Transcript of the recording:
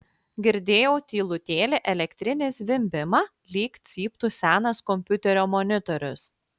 girdėjau tylutėlį elektrinį zvimbimą lyg cyptų senas kompiuterio monitorius